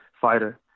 fighter